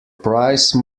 price